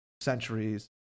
centuries